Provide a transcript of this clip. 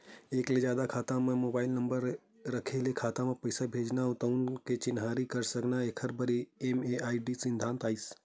एक ले जादा खाता म एके मोबाइल नंबर रेहे ले खाता म पइसा भेजना हे तउन ल नइ चिन्हारी कर सकय एखरे बर एम.एम.आई.डी सिद्धांत आइस